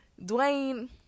Dwayne